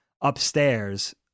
upstairs